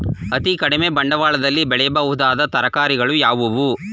ಅತೀ ಕಡಿಮೆ ಬಂಡವಾಳದಲ್ಲಿ ಬೆಳೆಯಬಹುದಾದ ತರಕಾರಿಗಳು ಯಾವುವು?